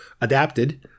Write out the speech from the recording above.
adapted